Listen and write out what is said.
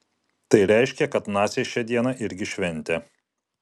tai reiškia kad naciai šią dieną irgi šventė